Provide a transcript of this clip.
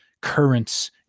currents